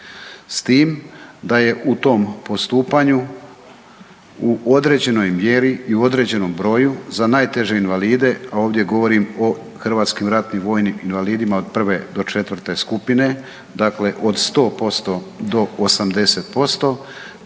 S tim da je u tom postupanju u određenoj mjeri i određenom broju za najteže invalide ovdje govorim o hrvatskim ratnim vojnim invalidima od prve do četvrte skupine, dakle od 100 posto